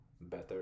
better